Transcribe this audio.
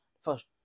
first